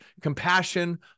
compassion